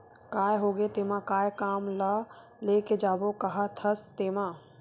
काय होगे तेमा काय काम ल लेके जाबो काहत हस तेंमा?